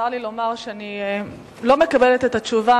צר לי לומר שאני לא מקבלת את התשובה,